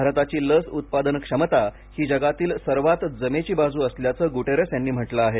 भारताची लस उत्पादन क्षमता ही जगातील सर्वात जमेची बाजू असल्याचे गुटेरस यांनी म्हटलं आहे